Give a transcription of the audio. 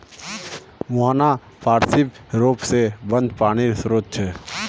मुहाना पार्श्विक र्रोप से बंद पानीर श्रोत छे